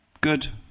good